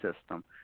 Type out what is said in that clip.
system